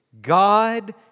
God